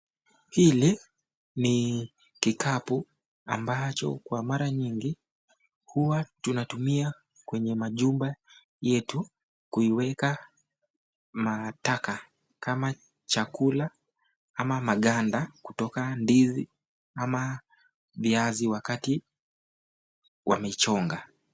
Hili ni kikapu ambacho kwa mara nyingi huwa tunatumia kwenye majumba yetu kuiweka mataka kama chakula ama maganda kutoka ndizi ama viazi wakati wamechonga.